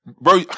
Bro